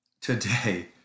today